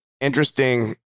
interesting